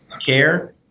care